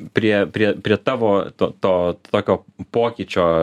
prie prie prie tavo to to tokio pokyčio